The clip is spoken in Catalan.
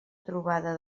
trobada